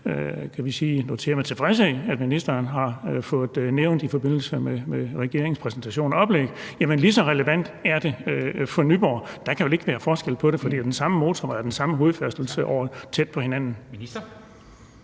Odense, som jeg ser med tilfredshed på at ministeren har fået nævnt i forbindelse med regeringens præsentation og oplæg, lige så relevant er det for Nyborg? Der kan vel ikke være forskel på det, for det er den samme motorvej og den samme hovedfærdselsåre tæt på hinanden.